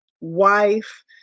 wife